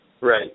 Right